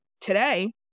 today